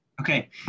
Okay